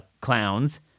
clowns